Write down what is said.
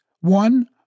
one